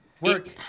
work